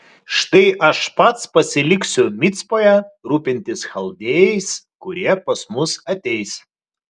štai aš pats pasiliksiu micpoje rūpintis chaldėjais kurie pas mus ateis